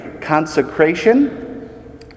Consecration